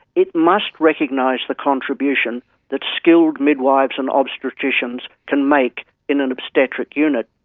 it must recognise the contribution that skilled midwives and obstetricians can make in an obstetric unit,